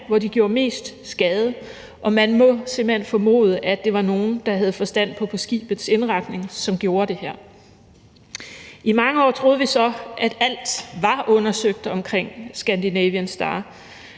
hvor de gjorde mest skade, og man må simpelt hen formode, at det var nogle, der havde forstand på skibets indretning, som gjorde det her. I mange år troede vi så, at alt omkring »Scandinavian Star«